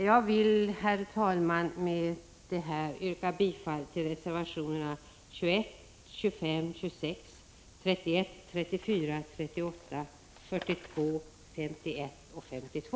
Jag vill, herr talman, med detta yrka bifall till reservationerna 21, 25, 26, 31, 34, 38, 42, 51 och 52.